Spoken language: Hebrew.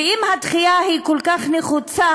ואם הדחייה היא כל כך נחוצה,